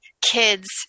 kids